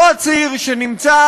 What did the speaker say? אותו עציר שנמצא